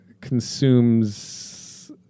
consumes